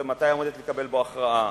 מתי עומדים לקבל בו הכרעה,